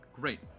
Great